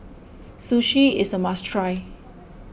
Sushi is a must try